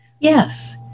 Yes